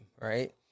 right